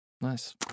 Nice